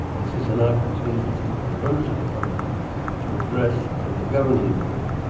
this is an opportunity for members of the public to address the governing board.